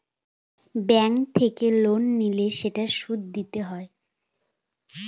bank থেকে loan নিলে সেটার সুদ দিতে হয়